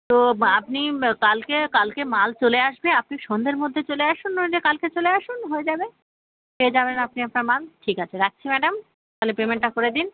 তো বা আপনি কালকে কালকে মাল চলে আসবে আপনি সন্ধের মধ্যে চলে আসুন নইলে কালকে চলে আসুন হয়ে যাবে পেয়ে যাবেন আপনি আপনার মাল ঠিক আছে রাখছি ম্যাডাম তাহলে পেমেন্টটা করে দিন